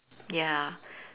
ya